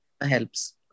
helps